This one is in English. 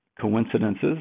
coincidences